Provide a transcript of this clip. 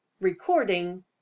Recording